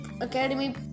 academy